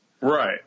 Right